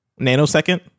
Nanosecond